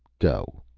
go.